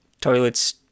toilets